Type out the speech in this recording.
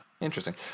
Interesting